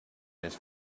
his